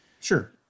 Sure